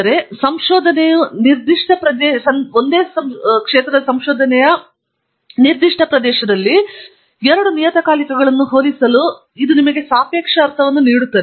ಆದರೆ ಸಂಶೋಧನೆಯ ನಿರ್ದಿಷ್ಟ ಪ್ರದೇಶದಲ್ಲಿ ಎರಡು ನಿಯತಕಾಲಿಕಗಳನ್ನು ಹೋಲಿಸಲು ಇದು ನಿಮಗೆ ಸಾಪೇಕ್ಷ ಅರ್ಥವನ್ನು ನೀಡುತ್ತದೆ